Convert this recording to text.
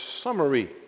summary